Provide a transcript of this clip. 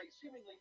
seemingly